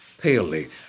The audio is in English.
palely